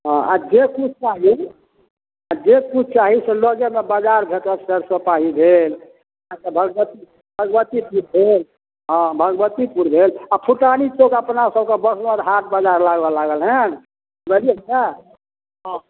हँ आओर जे किछु चाही आओर जे किछु चाही से लगेमे बजार भेटत सरिसो पाही भेल अच्छा भगवती भगवतीपुर भेल हँ भगवतीपुर भेल आओर फुटानी चौक अपना सबके बस बस हाट बाजार लागऽ लागल हेँ बुझलिए ने हँ